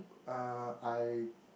uh I